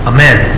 Amen